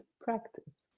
Practice